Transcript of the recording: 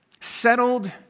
settled